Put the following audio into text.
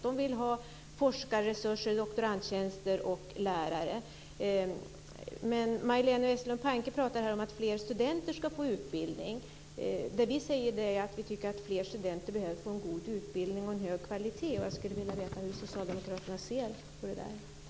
De vill ha forskarresurser, doktorandtjänster och lärare. Majléne Westerlund Panke talar här om att fler studenter ska få utbildning. Vad vi säger är att fler studenter behöver få en god utbildning och att det ska vara hög kvalitet. Jag skulle vilja veta hur socialdemokraterna ser på detta.